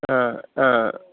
आं आं